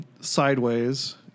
sideways